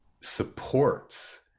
supports